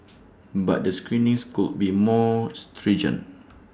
but the screenings could be made more stringent